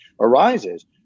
arises